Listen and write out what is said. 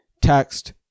text